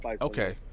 okay